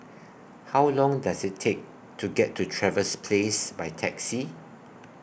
How Long Does IT Take to get to Trevose Place By Taxi